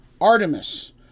Artemis